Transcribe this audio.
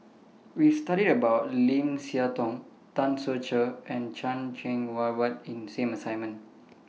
We studied about Lim Siah Tong Tan Ser Cher and Chan Cheng Wah Wide in same assignment